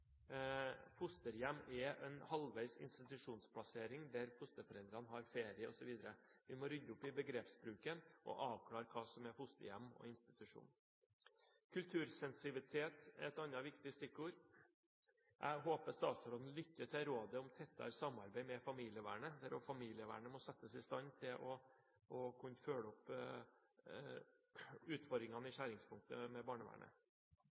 fosterhjem er en halvveis institusjonsplassering, der fosterforeldrene har ferie osv. Vi må rydde opp i begrepsbruken og avklare hva som er fosterhjem, og hva som er institusjon. Kultursensitivitet er et annet viktig stikkord. Jeg håper statsråden lytter til rådet om tettere samarbeid med familievernet, der også familievernet må settes i stand til å følge opp utfordringene i skjæringspunktet med barnevernet.